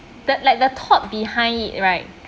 that like the thought behind it right